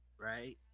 right